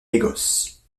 négoce